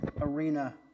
arena